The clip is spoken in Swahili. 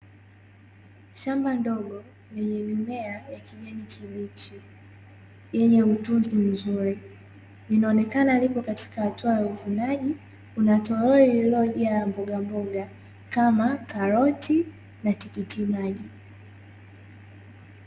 Shamba dogo lenye mimea la kijani kibichi yenye utunzi mzuri linaonekana lipo katika hatua ya uvunaji. Kuna toroli lililojaa mbogamboga kama karoti na tikiti maji.